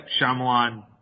Shyamalan